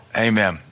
Amen